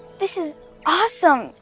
this is awesome.